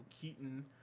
Keaton